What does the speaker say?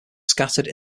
scattered